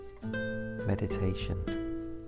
meditation